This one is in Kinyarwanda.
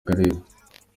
karere